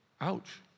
Ouch